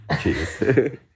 Cheers